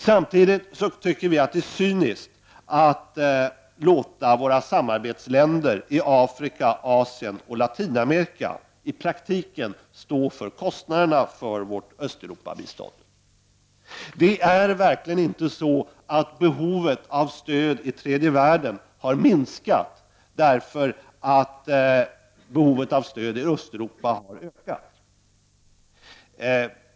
Samtidigt tycker vi att det är cyniskt att låta våra samarbetsländer i Afrika, Asien och Latinamerika i praktiken stå för kostnaderna för vårt Östeuropabistånd. Behovet av stöd till tredje världen har verkligen inte minskat bara därför att behovet av stöd till Östeuropa har ökat.